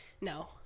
No